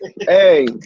hey